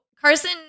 Carson